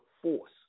Force